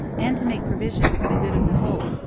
and to make provision for the good of the whole.